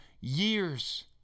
years